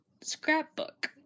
scrapbook